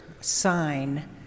sign